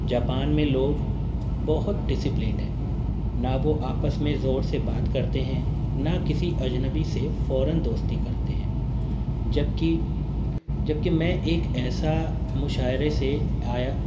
Japan میں لوگ بہت ڈسپلنڈ ہیں نہ وہ آپس میں زور سے بات کرتے ہیں نہ کسی اجنبی سے فوراً دوستی کرتے ہیں جبکہ جبکہ میں ایک ایسا مشاعرے سے آیا